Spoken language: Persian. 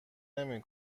نمی